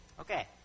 Okay